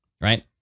right